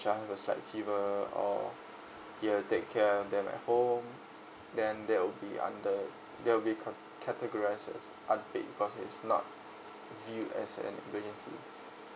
have a slight fever or you have to take care of them at home then that would be under that will be cate~ categorised as unpaid because it's not viewed as an emergency